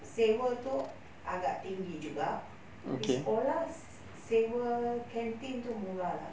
sewa itu agak tinggi juga sekolah sewa canteen itu murah lah